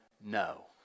no